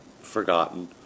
forgotten